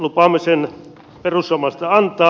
lupaamme sen perussuomalaisilta antaa